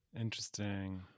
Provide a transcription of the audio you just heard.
interesting